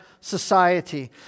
society